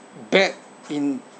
bad in